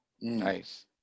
Nice